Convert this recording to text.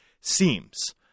seems